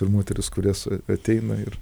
ir moterys kurios ateina ir